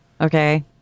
Okay